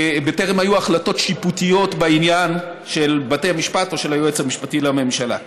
היו החלטות שיפוטיות בעניין של בתי המשפט או של היועץ המשפטי לממשלה.